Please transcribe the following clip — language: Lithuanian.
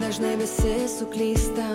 dažnai visi suklysta